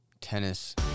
Tennis